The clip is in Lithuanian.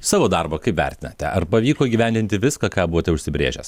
savo darbą kaip vertinate ar pavyko įgyvendinti viską ką buvote užsibrėžęs